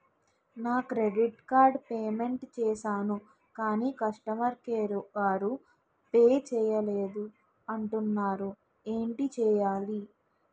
నా credit card payment చేసాను కాని కస్టమర్ కేర్ వారు పే చేయలేదు అంటున్నారు ఏంటి చేయాలి?